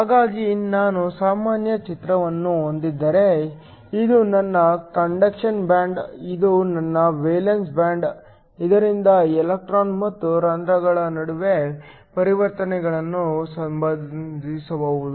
ಹಾಗಾಗಿ ನಾನು ಸಾಮಾನ್ಯ ಚಿತ್ರವನ್ನು ಹೊಂದಿದ್ದರೆ ಇದು ನನ್ನ ಕಂಡಕ್ಷನ್ ಬ್ಯಾಂಡ್ ಇದು ನನ್ನ ವೇಲೆನ್ಸ್ ಬ್ಯಾಂಡ್ ಇದರಿಂದ ಎಲೆಕ್ಟ್ರಾನ್ ಮತ್ತು ಹೋಲ್ ಗಳ ನಡುವೆ ಪರಿವರ್ತನೆಗಳು ಸಂಭವಿಸಬಹುದು